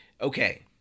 Okay